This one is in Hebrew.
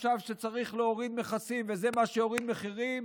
שחשב שצריך להוריד מכסים וזה מה שיוריד מחירים,